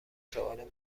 سوال